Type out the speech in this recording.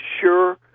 sure